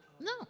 No